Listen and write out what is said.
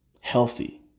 healthy